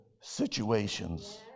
situations